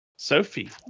sophie